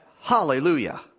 Hallelujah